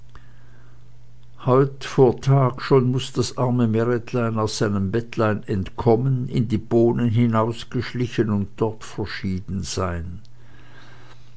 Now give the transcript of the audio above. heut vor tag schon muß das arme meretlein aus seinem bettlein entkommen in die bohnen hinauß geschlichen und dort verschieden seyn